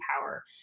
power